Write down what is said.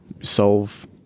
solve